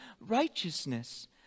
righteousness